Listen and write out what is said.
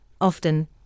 often